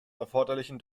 erforderlichen